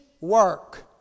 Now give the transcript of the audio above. work